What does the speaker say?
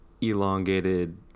elongated